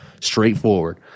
straightforward